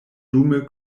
dume